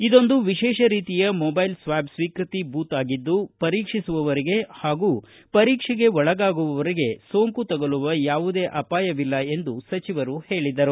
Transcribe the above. ಇದೊಂದು ವಿಶೇಷ ರೀತಿಯ ಮೊಬೈಲ್ ಸ್ವಾಬ್ ಸ್ವೀಕೃತಿ ಬೂತ್ ಆಗಿದ್ದು ಪರೀಕ್ಷಿಸುವವರಿಗೆ ಹಾಗೂ ಪರೀಕ್ಷೆಗೆ ಒಳಗಾಗುವವರಿಗೆ ಸೋಂಕು ತಗುಲುವ ಯಾವುದೇ ಅಪಾಯವಿಲ್ಲ ಎಂದು ಅವರು ಹೇಳಿದರು